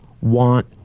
want